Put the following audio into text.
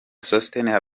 usanzwe